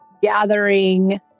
Gathering